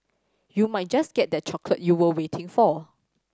you might just get that chocolate you were waiting for